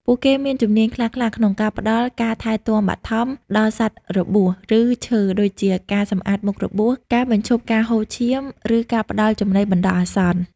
ពួកគេមានជំនាញខ្លះៗក្នុងការផ្តល់ ការថែទាំបឋម ដល់សត្វរបួស ឬឈឺ ដូចជាការសម្អាតមុខរបួស ការបញ្ឈប់ការហូរឈាម ឬការផ្តល់ចំណីបណ្តោះអាសន្ន។